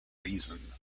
reason